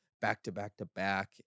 back-to-back-to-back